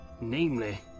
Namely